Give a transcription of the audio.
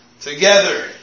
together